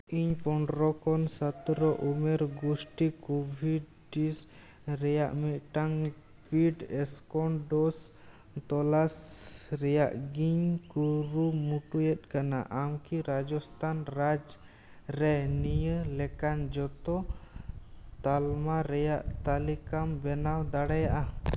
ᱤᱧ ᱯᱚᱱᱨᱚ ᱠᱷᱚᱱ ᱥᱚᱛᱨᱚ ᱩᱢᱮᱨ ᱜᱩᱥᱴᱤ ᱠᱚ ᱠᱳᱵᱷᱤᱰ ᱴᱤᱥ ᱨᱮᱭᱟᱜ ᱢᱤᱫᱴᱟᱱ ᱯᱤᱰ ᱮᱥᱠᱚᱱ ᱰᱳᱥ ᱛᱚᱞᱟᱥ ᱨᱮᱭᱟᱜ ᱜᱤᱧ ᱠᱩᱨᱩᱢᱩᱴᱩᱭᱮᱫ ᱠᱟᱱᱟ ᱟᱢᱠᱤ ᱨᱟᱡᱚᱥᱛᱷᱟᱱ ᱨᱟᱡᱽ ᱨᱮ ᱱᱤᱭᱟᱹ ᱞᱮᱠᱟᱱ ᱡᱚᱛᱚ ᱛᱟᱞᱢᱟ ᱨᱮᱭᱟᱜ ᱛᱟᱹᱞᱤᱠᱟᱢ ᱵᱮᱱᱟᱣ ᱫᱟᱲᱮᱭᱟᱜᱼᱟ